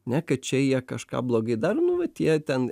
ne kad čia jie kažką blogai dar nu vat jie ten